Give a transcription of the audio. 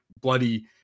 bloody